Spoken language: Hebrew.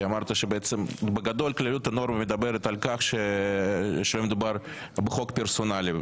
כי אמרת שבגדול כלליות הנורמה מדברת על כך שמדובר בחוק פרסונלי,